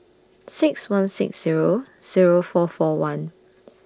six one six Zero Zero four four one